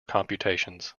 computations